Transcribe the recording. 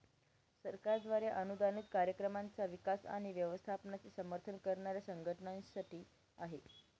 सरकारद्वारे अनुदानित कार्यक्रमांचा विकास आणि व्यवस्थापनाचे समर्थन करणाऱ्या संघटनांसाठी आहे